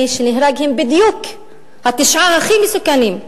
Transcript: מי שנהרג הם בדיוק התשעה הכי מסוכנים.